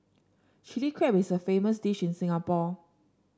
Chilli Crab is a famous dish in Singapore